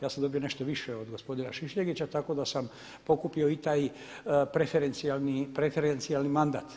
Ja sam dobio nešto više od gospodina Šišljagića tako da sam pokupio i taj preferencijalni mandat.